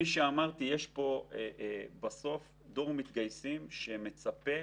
יש פה דור מתגייסים שמצפה